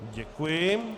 Děkuji.